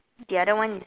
the other one